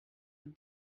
with